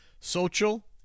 Social